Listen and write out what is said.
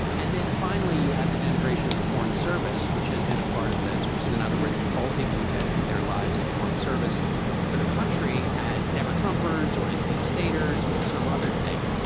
and then finally you have the denigration of the foreign service which has been a part of this which is in other words to call people who've dedicate their lives to foreign service for the country as never trumpeters or as deep staters or some other thing.